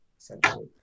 essentially